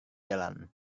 jalan